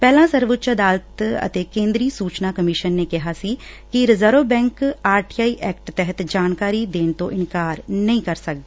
ਪਹਿਲਾ ਸਰਵਉੱਚ ਅਦਾਲਤ ਅਤੇ ਕੇਂਦਰੀ ਸੁਚਨਾ ਕਮਿਸ਼ਨ ਨੇ ਕਿਹਾ ਸੀ ਕਿ Reserve Bank R T I act ਤਹਿਤ ਜਾਣਕਾਰੀ ਦੇਣ ਤੋਂ ਇਨਕਾਰ ਨਹੀਂ ਕਰ ਸਕਦੀ